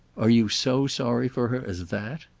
are you so sorry for her as that?